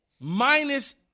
minus